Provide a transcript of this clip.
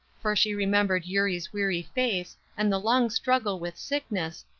for she remembered eurie's weary face and the long struggle with sickness,